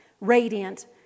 radiant